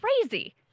crazy